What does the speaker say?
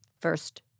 First